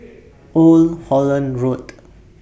Old Holland Road